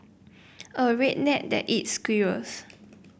a redneck that eats squirrels